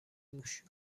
موش